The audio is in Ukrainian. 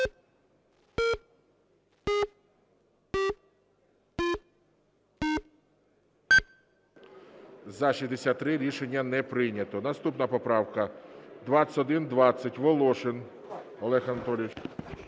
За-63 Рішення не прийнято. Наступна поправка 2120, Волошин Олег Анатолійович.